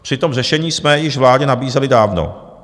Přitom řešení jsme již vládě nabízeli dávno.